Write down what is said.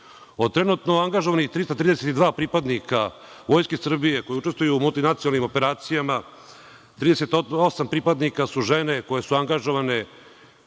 trenutno angažovanih 332 pripadnika Vojske Srbije koji učestvuju u multinacionalnim operacijama 38 pripadnika su žene koje su angažovane